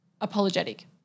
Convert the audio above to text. apologetic